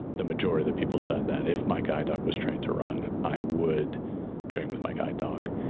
the majority that people said that if my guide dog was trained to run, i would train with my guide dog.